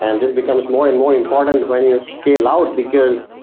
and this becomes more and more important when you scale out because